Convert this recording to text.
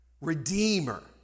redeemer